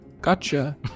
gotcha